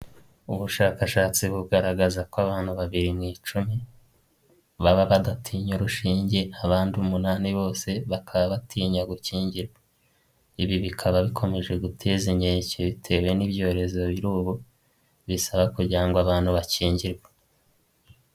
Ubushakashatsi bugaragaza ko abantu babiri mu icumi baba badatinya urushinge, abandi umunani bose bakaba batinya gukingirwa, ibi bikaba bikomeje guteza inkeke, bitewe n'ibyorezo biriho ubu bisaba kugira ngo abantu bakingirwe.